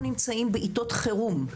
אנחנו נמצאים בעתות חרום.